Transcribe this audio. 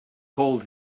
told